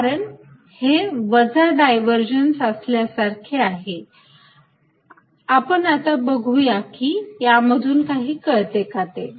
कारण हे वजा डायव्हरजन्स असल्यासारखे आहे आपण आता बघू या की यामधून काही कळते का ते